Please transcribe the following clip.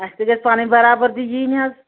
اسہِ تہِ گژھِ پَنٕنۍ برابٔدی یِنۍ حظ